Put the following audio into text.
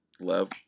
love